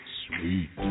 sweet